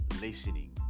listening